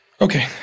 Okay